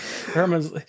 herman's